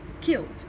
killed